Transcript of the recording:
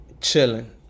chilling